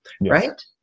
Right